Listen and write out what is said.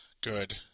good